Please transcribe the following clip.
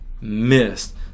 missed